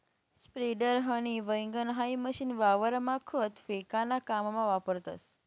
spreader, हनी वैगण हाई मशीन वावरमा खत फेकाना काममा वापरतस